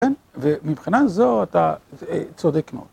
ומבחינה זו אתה צודק מאוד.